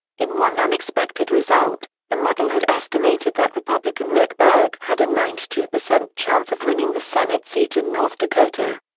in one unexpected result, the model had estimated that republican rick berg had a ninety two percent chance of winning the senate seat in north dakota.